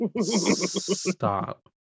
Stop